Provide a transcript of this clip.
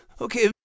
Okay